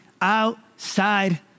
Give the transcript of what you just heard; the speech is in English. outside